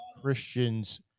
Christians